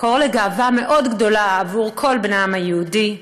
מקור לגאווה מאוד גדולה עבור כל בני העם היהודי,